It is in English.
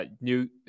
new